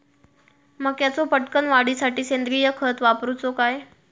मक्याचो पटकन वाढीसाठी सेंद्रिय खत वापरूचो काय?